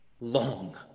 long